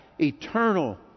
eternal